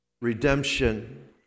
Redemption